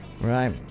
Right